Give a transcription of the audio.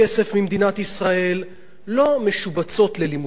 לא משובצות ללימודים, כי הן ספרדיות.